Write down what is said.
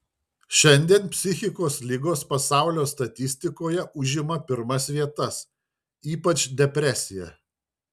šiandien psichikos ligos pasaulio statistikoje užima pirmas vietas ypač depresija